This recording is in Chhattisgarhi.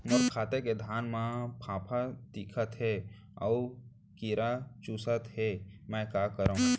मोर खेत के धान मा फ़ांफां दिखत हे अऊ कीरा चुसत हे मैं का करंव?